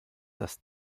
das